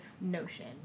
notion